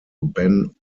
ben